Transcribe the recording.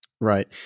Right